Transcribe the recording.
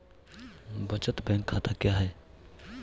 बचत बैंक खाता क्या है?